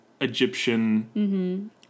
Egyptian